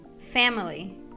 family